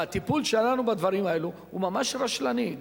והטיפול שלנו בדברים האלה הוא ממש רשלני,